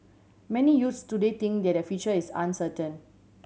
many youths today think that their future is uncertain